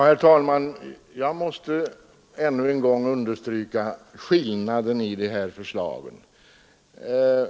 Herr talman! Jag måste ännu en gång understryka skillnaden mellan de båda förslagen.